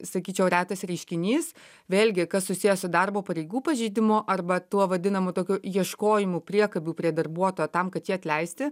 sakyčiau retas reiškinys vėlgi kas susiję su darbo pareigų pažeidimu arba tuo vadinamu tokiu ieškojimu priekabių prie darbuotojo tam kad jį atleisti